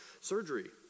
surgery